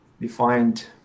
defined